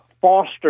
foster